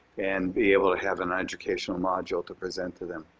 and be able to have an educational module to present to them.